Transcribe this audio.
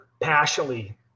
passionately